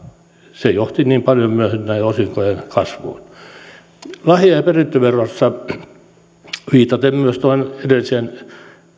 se johti niin paljon myös näiden osinkojen kasvuun mitä tulee lahja ja perintöveroon viitaten myös tuohon edelliseen